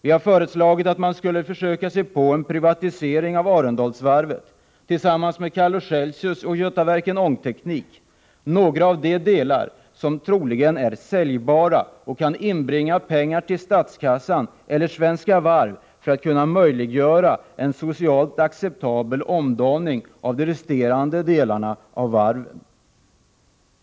Vi har föreslagit att man skall försöka sig på en privatisering av några av de delar av Arendalsvarvet, tillsammans med Calor-Celsius och Götaverken Ångteknik, som troligen är säljbara. De kan inbringa pengar till statskassan eller Svenska Varv, vilket möjliggör en socialt acceptabel omdaning av de resterande delarna av varven.